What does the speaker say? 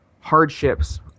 hardships